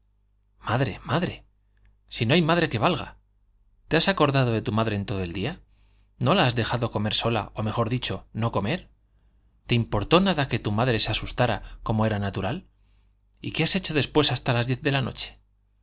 madre madre si no hay madre que valga te has acordado de tu madre en todo el día no la has dejado comer sola o mejor dicho no comer te importó nada que tu madre se asustara como era natural y qué has hecho después hasta las diez de la noche